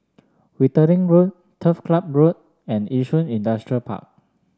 Wittering Road Turf Ciub Road and Yishun Industrial Park